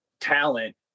talent